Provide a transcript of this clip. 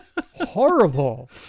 horrible